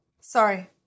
Sorry